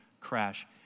crash